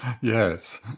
Yes